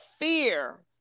fear